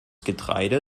getreide